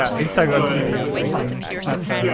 ah instagram tv something, snapchat yeah